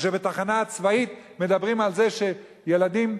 כשבתחנה צבאית מדברים על זה שילדים,